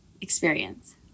experience